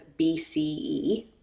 bce